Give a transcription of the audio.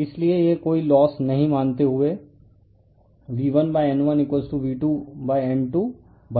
refer slide time 0703 इसलिए यह कोई लोस नहीं मानते हुए V1N1 V2N2 बना सकते है